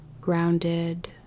grounded